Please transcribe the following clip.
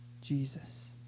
Jesus